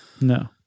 No